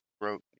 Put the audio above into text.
broke